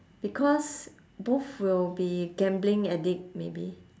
because both will be gambling addict maybe